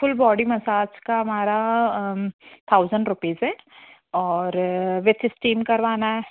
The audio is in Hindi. फुल बॉडी मसाज का हमारा थाउज़ेंड रूपीस है और विथ स्टीम करवाना है